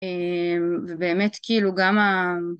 ובאמת כאילו גם ה...